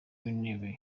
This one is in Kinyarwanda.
w’intebe